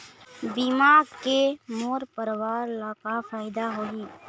बीमा के मोर परवार ला का फायदा होही?